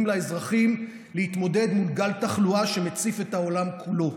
לאזרחים כדי להתמודד מול גל תחלואה שמציף את העולם כולו.